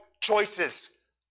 choices